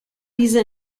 diese